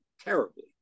terribly